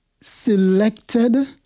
selected